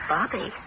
Bobby